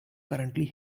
currently